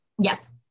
Yes